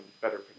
better